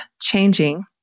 changing